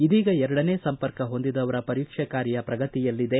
ಇದೀಗ ಎರಡನೇ ಸಂಪರ್ಕ ಹೊಂದಿದವರ ಪರೀಕ್ಷೆ ಕಾರ್ಯ ಪ್ರಗತಿಯಲ್ಲಿದೆ